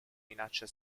minaccia